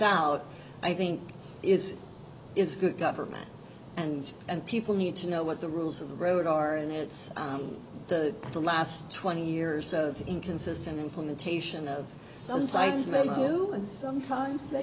out i think is is good government and and people need to know what the rules of the road are and it's the the last twenty years of inconsistent implementation of some sites many who and sometimes